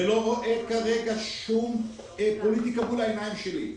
אני לא רואה כרגע פוליטיקה מול העיניים שלי.